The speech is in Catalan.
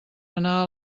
anar